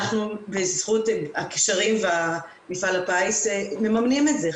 אנחנו בזכות הקשרים, ומפעל הפיס מממנים את זה.